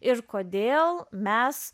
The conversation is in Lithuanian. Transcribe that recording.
ir kodėl mes